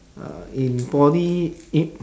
uh in poly eh